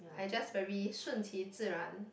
I just very 顺其自然